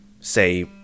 say